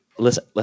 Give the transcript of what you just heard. Listen